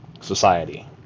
society